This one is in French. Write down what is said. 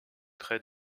près